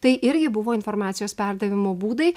tai irgi buvo informacijos perdavimo būdai